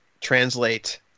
translate